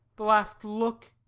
the last look!